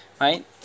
right